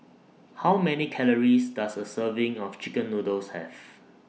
How Many Calories Does A Serving of Chicken Noodles Have